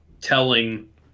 telling